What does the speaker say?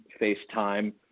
FaceTime